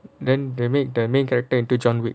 then they make the main character into john wick